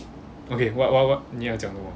okay what what what 你要讲什么